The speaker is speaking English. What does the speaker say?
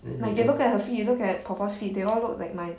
like you look at her feet you look at 婆婆 feet they all look like mine